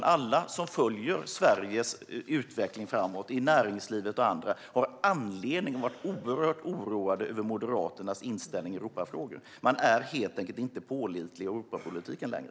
Alla som följer Sveriges utveckling - näringslivet och andra - har anledning att vara oerhört oroade över Moderaternas inställning i Europafrågor. Man är helt enkelt inte pålitlig i Europapolitiken längre.